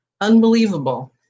Unbelievable